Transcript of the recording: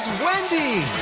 wendy!